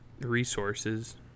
Resources